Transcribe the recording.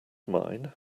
mine